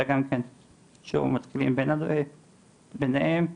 אלא גם כן שוב, מתחילים ביניהם דברים.